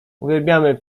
uwielbiamy